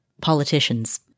politicians